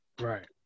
Right